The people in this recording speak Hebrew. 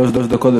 שלוש דקות.